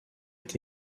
est